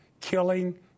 killing